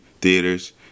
theaters